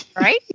right